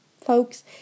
Folks